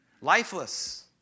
lifeless